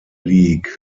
league